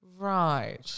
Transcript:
Right